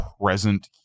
present